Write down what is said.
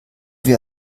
wir